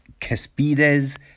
Caspides